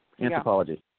Anthropology